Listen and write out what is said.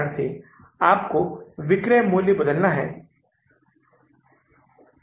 अब हम जुलाई के महीने के लिए अगले विवरण में जारी रखते हैं